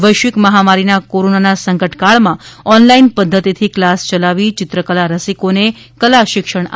વૈશ્વિક મહામારીના કોરોનાના સંકટકાળમાં ઓનલાઈન પધ્ધતિથી ક્લાસ ચલાવી ચિત્રકલા રસિકોને કલા શિક્ષણ આપી રહ્યા છે